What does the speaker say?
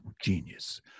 genius